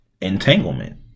entanglement